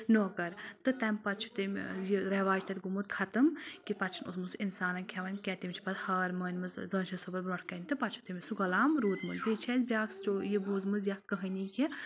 نوکر تہٕ تَمہِ پَتہٕ چھُ تٔمۍ یہِ رؠواج تَتہِ گوٚمُت ختم کہِ پَتہٕ چھُنہٕ اوسمُت سُہ اِنسانن کھؠون کینٛہہ تٔمِس چھِ پَتہٕ ہار مٲنۍ مٕژ زٲنٛشا صٲبَس برونٛٹھ کَنہِ تہٕ پَتہٕ چھُ تٔمِس سُہ غۄلام روٗدمُت بیٚیہِ چھِ اَسہِ بیاکھ سٹو یہِ بوٗزمُت یَتھ کَہٕٲنی کہِ